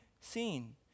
seen